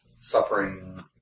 suffering